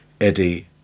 Eddie